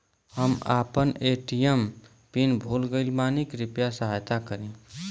हम आपन ATM PIN भूल गईल बानी कृपया सहायता करी